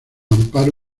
amparo